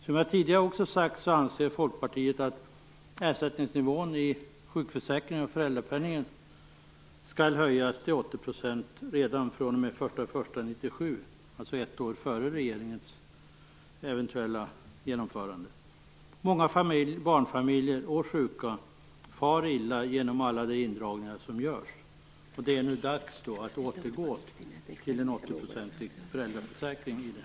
Som jag tidigare också har sagt anser Folkpartiet att ersättningsnivån i sjukförsäkringen och föräldrapenningen skall höjas till 80 % redan fr.o.m. den 1 januari 1997, alltså ett år före regeringens eventuella genomförande. Många barnfamiljer och sjuka far illa genom alla de indragningar som görs. Det är nu dags att återgå till en åttioprocentig föräldraförsäkring.